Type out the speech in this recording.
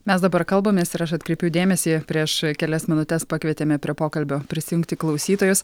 mes dabar kalbamės ir aš atkreipiau dėmesį prieš kelias minutes pakvietėme prie pokalbio prisijungti klausytojus